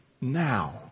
Now